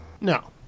No